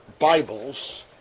Bibles